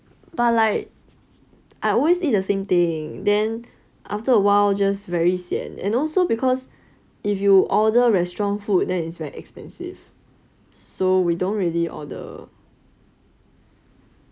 but like I always eat the same thing then after a while just very sian and also because if you order restaurant food that is very expensive so we don't really order